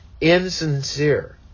insincere